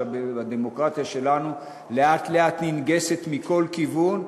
והדמוקרטיה שלנו לאט-לאט ננגסת בכל כיוון,